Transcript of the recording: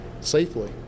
safely